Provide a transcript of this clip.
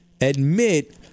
admit